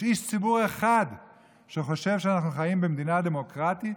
יש איש ציבור אחד שחושב שאנחנו חיים במדינה דמוקרטית?